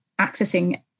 accessing